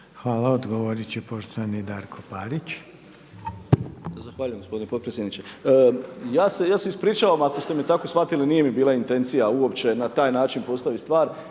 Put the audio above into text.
Hvala. Odgovorit će poštovani Darko Parić. **Parić, Darko (SDP)** Zahvaljujem gospodine potpredsjedniče. Ja se ispričavam ako ste me tako shvatili, nije mi bila intencija uopće na taj način postaviti stvar.